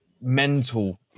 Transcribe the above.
mental